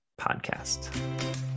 podcast